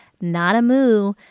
not-a-moo